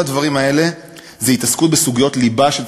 כל הדברים האלה זה התעסקות בסוגיות ליבה של